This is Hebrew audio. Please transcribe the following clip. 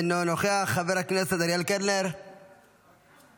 אינו נוכח, חבר הכנסת אריאל קלנר, מוותר,